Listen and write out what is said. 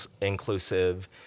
inclusive